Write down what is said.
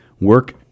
Work